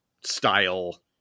style